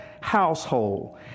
household